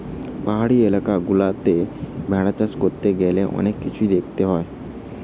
পাহাড়ি এলাকা গুলাতে ভেড়া চাষ করতে গ্যালে অনেক কিছুই দেখতে হয়